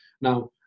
now